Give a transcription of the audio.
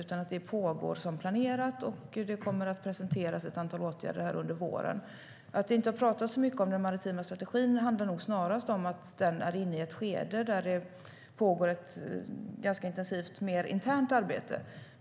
Det pågår som planerat, och ett antal åtgärder kommer att presenteras under våren. Att det inte har pratats mycket om den maritima strategin handlar nog snarast om att den är inne i ett skede av ganska intensivt och mer internt arbete.